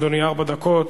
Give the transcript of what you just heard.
בבקשה, אדוני, ארבע דקות.